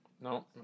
No